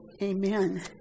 Amen